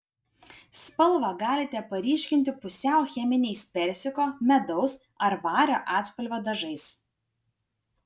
spalvą galite paryškinti pusiau cheminiais persiko medaus ar vario atspalvio dažais